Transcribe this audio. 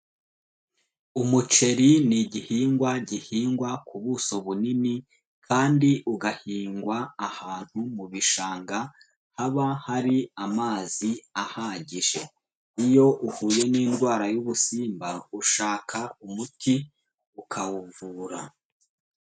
Umuceri ni igihingwa gihingwa ku buso bunini kandi ugahingwa ahantu mu bishanga haba hari amazi ahagije, iyo uhuye n'indwara y'ubusimba ushaka umuti ukawuvura.